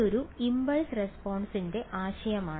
അതൊരു ഇംപൾസ് റെസ്പോൺസ്ൻറെ ആശയമാണ്